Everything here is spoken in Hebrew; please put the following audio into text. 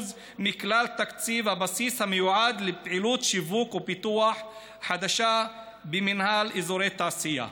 מכלל תקציב הבסיס המיועד לפעילות שיווק ופיתוח חדשה במינהל אזורי תעשייה.